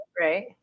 right